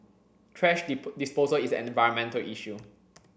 thrash disposal is an environmental issue